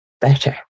better